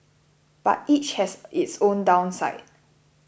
but each has its own downside